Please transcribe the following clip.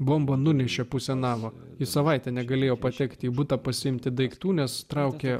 bomba nunešė pusę namo jis savaitę negalėjo patekti į butą pasiimti daiktų nes traukė